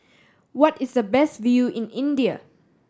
what is the best view in India